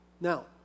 Now